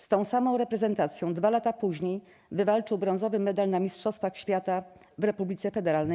Z tą samą reprezentacją dwa lata później wywalczył brązowy medal na Mistrzostwach Świata w RFN.